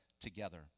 together